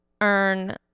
earn